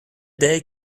day